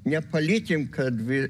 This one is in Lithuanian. nepalikim kad dvi